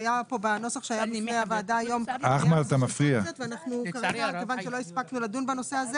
בנוסח שהיה לפני הוועדה היום היו סנקציות וכיוון שלא הספקנו לדון בנושא,